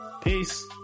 Peace